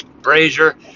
Brazier